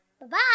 Bye-bye